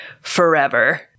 forever